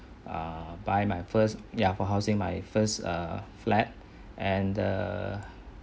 err buy my first ya for housing my first err flat and err